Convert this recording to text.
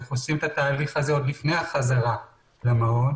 ואיך עושים את התהליך הזה לפני החזרה למעון.